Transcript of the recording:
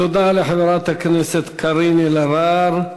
תודה לחברת הכנסת קארין אלהרר.